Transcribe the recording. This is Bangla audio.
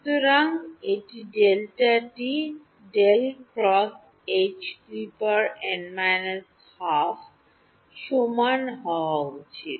সুতরাং এটি Δt ∇× H n − 12 ডান সমান হওয়া উচিত